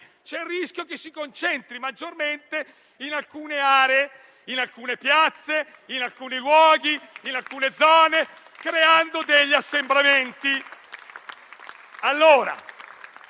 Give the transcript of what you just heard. c'è il rischio che si concentri maggiormente in alcune aree, in alcune piazze, in alcuni luoghi, in alcune zone, creando degli assembramenti.